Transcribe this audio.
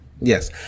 Yes